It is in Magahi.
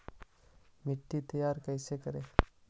मिट्टी तैयारी कैसे करें?